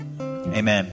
amen